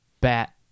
bat